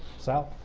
so